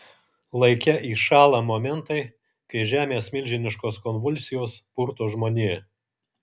laike įšąla momentai kai žemės milžiniškos konvulsijos purto žmoniją